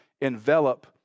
envelop